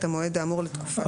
את המועד האמור לתקופה שיורה".